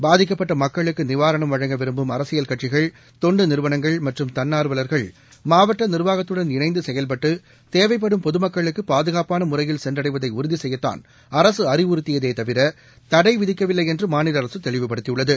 பாதிக்கப்பட்ட மக்களுக்கு நிவாரணம் வழங்க விரும்பும் அரசியல் கட்சிகள் தொண்டு நிறுவனங்கள் மற்றும் தன்னார்வல்கள் மாவட்ட நிர்வாகத்துடன் இணைந்து செயல்பட்டு தேவைப்படும் பொதுமக்களுக்கு பாதுகாப்பான முறையில் சென்றடைவதை உறுதி செய்யத்தான் அரசு அறிவுறுத்தியதே தவிர தடை விதிக்கவில்லை என்று மாநில அரசு தெளிவுபடுத்தியுள்ளது